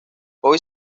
hoy